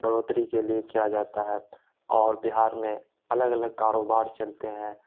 بڑھوتری کے لیے کیا جاتا ہے اور بہار میں الگ الگ کاروبار چلتے ہیں